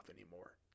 anymore